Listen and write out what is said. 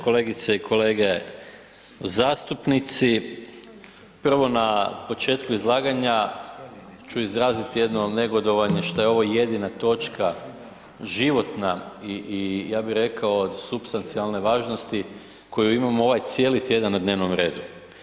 Kolegice i kolege zastupnici, prvo na početku izlaganja ću izraziti jedno negodovanje što je ovo jedina točka životna i ja bih rekao od supstancijalne važnosti koju imamo ovaj cijeli tjedan na dnevnom redu.